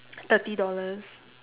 thirty dollars